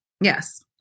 Yes